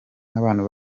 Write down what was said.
n’abantu